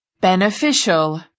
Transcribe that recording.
Beneficial